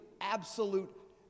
absolute